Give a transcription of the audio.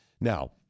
Now